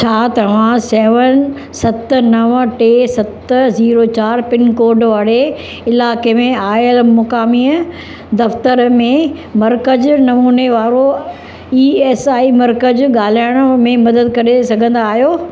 छा तव्हां सेवन सत नव टे सत ज़ीरो चारि पिनकोड वारे इलाइक़े में आयलु मुक़ामीअ दफ़्तर में मर्कज़ु नमूने वारो ई एस आई मर्कज़ु ॻाल्हाइण में मदद करे सघंदा आहियो